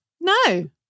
No